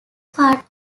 part